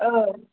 औ